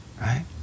right